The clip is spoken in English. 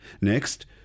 Next